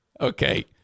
Okay